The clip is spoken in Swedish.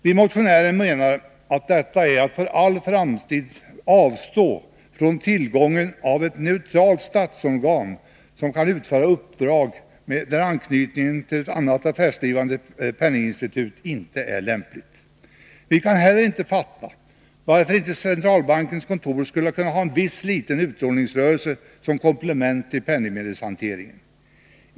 Vi motionärer menar att detta är att för all framtid avstå från tillgången till ett neutralt statsorgan, som kan utföra uppdrag där anknytning till ett annat affärsdrivande penninginstitut inte är lämplig. Vi kan heller inte fatta varför inte centralbankens kontor skulle kunna ha en viss liten utlåningsrörelse som komplement till penningmedelshanteringen.